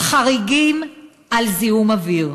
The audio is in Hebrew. ממצאים חריגים על זיהום אוויר.